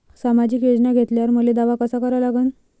सामाजिक योजना घेतल्यावर मले दावा कसा करा लागन?